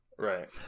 Right